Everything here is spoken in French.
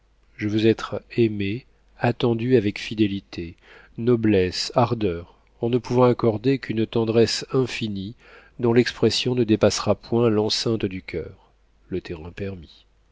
je veux être aimée attendue avec fidélité noblesse ardeur en ne pouvant accorder qu'une tendresse infinie dont l'expression ne dépassera point l'enceinte du coeur le terrain